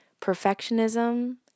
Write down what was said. perfectionism